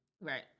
Right